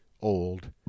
old